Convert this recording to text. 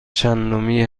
چندمی